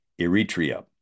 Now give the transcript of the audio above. Eritrea